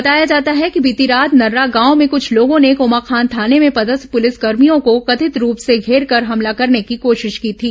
बताया जाता है कि बीती रात नर्रा गांव में कुछ लोगों ने कोमाखान थाने में पदस्थ पुलिसकर्भियों को कथित रूप से घेरकर हमला करने की कोशिश की थी